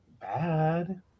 bad